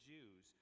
Jews